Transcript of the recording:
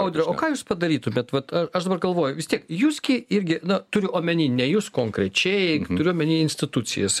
audriau o ką jūs padarytumėt vat a aš dabar galvoju vis tiek jūs gi irgi na turiu omeny ne jūs konkrečiai turiu omeny institucijas